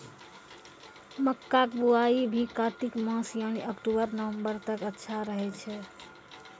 मक्का के बुआई भी कातिक मास यानी अक्टूबर नवंबर तक अच्छा रहय छै